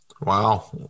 Wow